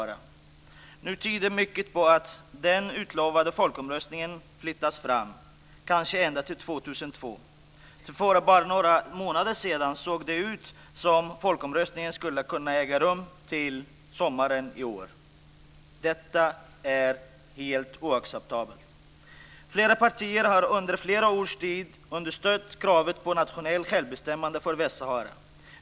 Mycket tyder nu på att den utlovade folkomröstningen flyttas fram, kanske ända till 2002, trots att det för bara några månader sedan såg ut som om folkomröstningen skulle kunna äga rum till sommaren i år. Detta är helt oacceptabelt. Flera partier har under flera års tid understött kravet på nationellt självbestämmande för Västsahara.